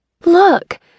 Look